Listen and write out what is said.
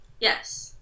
Yes